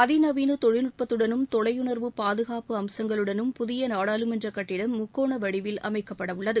அதிநவீன தொழில்நுட்பத்துடனும் தொலையுணாவு பாதுகாப்பு அம்சங்களுடனம் புதிய நாடாளுமன்ற கட்டிடம் முக்கோண வடிவில் அமைக்கப்படவுள்ளது